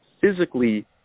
physically